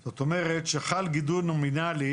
זאת אומרת שחל גידול נומינאלי